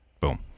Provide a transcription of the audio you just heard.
Boom